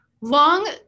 long